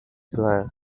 that